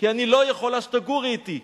כי אני לא יכולה שתגורו אתי.